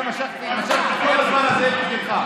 משכתי את כל הזמן הזה בשבילך.